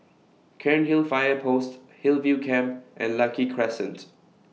Cairnhill Fire Post Hillview Camp and Lucky Crescents